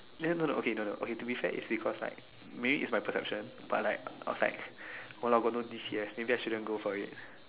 then no no okay no no okay to be fair it's because like maybe it's my perception but like I was like !walao! got no dish here maybe I shouldn't go for it